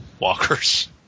walkers